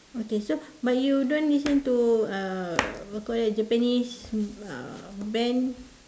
okay so but you don't listen to uh what do you called it Japanese uh band